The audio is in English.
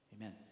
Amen